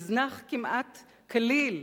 נזנח כמעט כליל